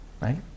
right